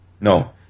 no